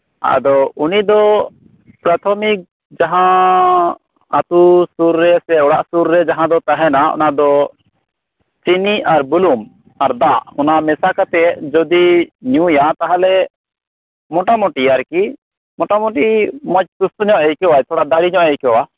ᱟᱫᱚ ᱩᱱᱤᱫᱚ ᱯᱨᱟᱛᱷᱚᱢᱤᱠ ᱡᱟᱦᱟᱸ ᱟᱛᱳ ᱥᱳᱨ ᱨᱮ ᱥᱮ ᱚᱲᱟᱜ ᱥᱳᱨ ᱨᱮ ᱡᱟᱦᱟᱸ ᱫᱚ ᱛᱟᱦᱮᱱᱟ ᱚᱱᱟᱫᱚ ᱪᱤᱱᱤ ᱟᱨ ᱵᱩᱞᱩᱝ ᱟᱨ ᱫᱟᱜ ᱚᱱᱟ ᱢᱮᱥᱟ ᱠᱟᱛᱮᱫ ᱡᱚᱫᱤᱭ ᱧᱩᱭᱟ ᱛᱟᱦᱚᱞᱮ ᱢᱚᱴᱟᱢᱚᱴᱤ ᱟᱨᱠᱤ ᱢᱚᱴᱟ ᱢᱚᱴᱤ ᱢᱚᱡᱽ ᱥᱩᱥᱛᱚᱧᱚᱜ ᱮ ᱟᱹᱭᱠᱟᱹᱣᱟ ᱛᱷᱚᱲᱟ ᱫᱟᱲᱮᱹᱧᱚᱜ ᱮ ᱟᱹᱭᱠᱟᱹᱣᱟ